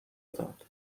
داد